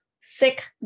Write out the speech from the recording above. sick